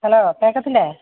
hello കേൾക്കത്തില്ലേ